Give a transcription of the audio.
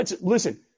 Listen